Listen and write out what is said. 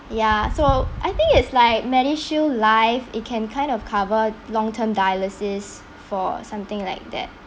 ya so I think it's like Medishield life it can kind of cover long term dialysis for something like tha